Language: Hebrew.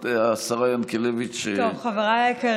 השרה ינקלביץ', בבקשה.